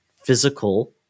physical